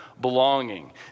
Belonging